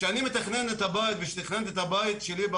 כשאני מתכנן ותכננתי את הבית שלי,